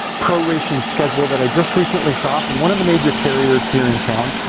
proration schedule that i just recently saw from one of the major carriers here in town,